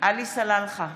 עלי סלאלחה,